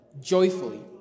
Joyfully